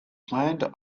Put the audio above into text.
planned